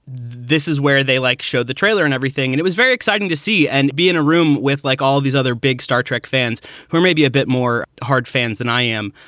this is where they, like, show the trailer and everything. and it was very exciting to see and be in a room with like all these other big star trek fans who are maybe a bit more hard fans than i am.